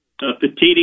Petiti